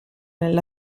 nella